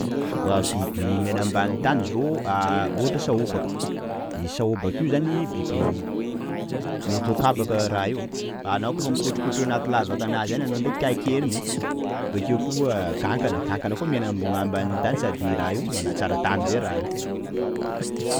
Ah biby miaina ambanin'ny tany zao, ohatra hoe sahobaka, io sahobaka io zany biby mety atao kabaka raha io, anao kaofa mikotrokotro anaty lavakanazy any anao ndraiky kakeriny e, bakeo koa kankana, kankana koa miaina ambon- ambanin'ny tany sady raha io manatsara tany zay raha io.